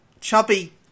chubby